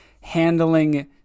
handling